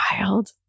wild